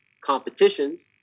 competitions